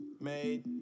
made